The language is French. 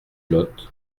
lot